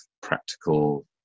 practical